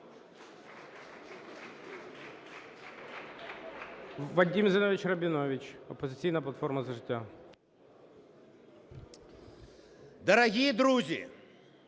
Дорогі друзі,